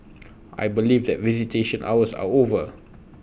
I believe that visitation hours are over